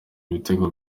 ibitego